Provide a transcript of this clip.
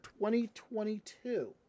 2022